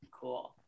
cool